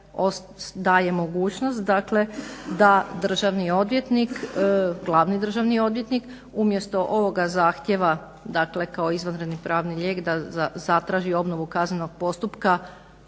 odvjetnik glavni državni odvjetnik umjesto ovoga zahtjeva, dakle kao izvanredni pravni lijek da zatraži obnovu kaznenog postupka